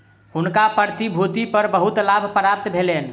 हुनका प्रतिभूति पर बहुत लाभ प्राप्त भेलैन